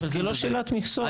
זאת שאלת נושא.